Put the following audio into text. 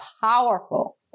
powerful